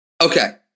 okay